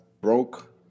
broke